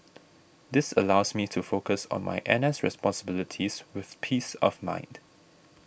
this allows me to focus on my N S responsibilities with peace of mind